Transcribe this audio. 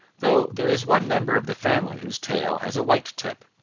though there is one member of the family whose tail has a white tip.